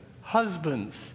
Husbands